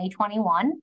2021